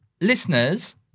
Listeners